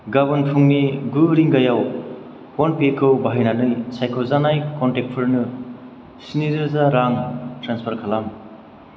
गाबोन फुंनि गु रिंगायाव फ'नपेखौ बाहायनानै सायख'जानाय क'न्टेक्टफोरनो स्नि रोजा रां ट्रेन्सफार खालाम